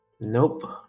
Nope